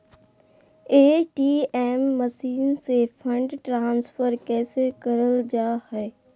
ATM machine से fund transfer कैसे करल जा है?